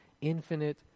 Infinite